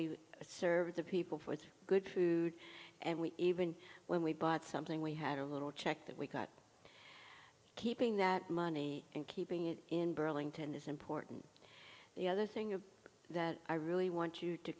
we served the people for good food and we even when we bought something we had a little check that we got keeping that money and keeping it in burlington is important the other thing that i really want you to